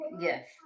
yes